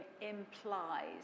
implies